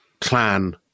clan